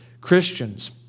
Christians